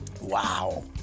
Wow